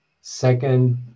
second